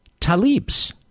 Talibs